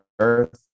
Earth